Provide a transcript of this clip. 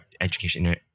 education